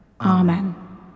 Amen